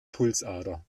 pulsader